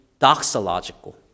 doxological